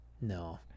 No